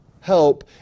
help